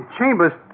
Chambers